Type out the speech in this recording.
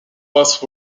both